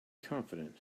confident